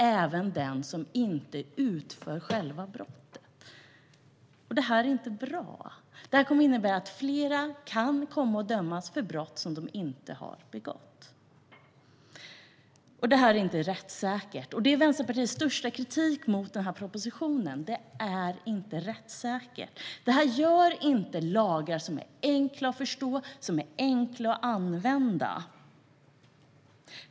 Även den som inte utför själva brottet kan straffas. Det här är inte bra. Det kommer att innebära att fler kan komma att dömas för brott som de inte har begått. Det är inte heller rättssäkert, och det är Vänsterpartiets största kritik mot propositionen. Det här leder inte till lagar som är enkla att förstå och använda.